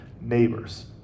neighbors